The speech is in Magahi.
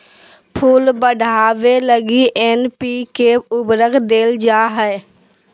फूल बढ़ावे लगी एन.पी.के उर्वरक देल जा हइ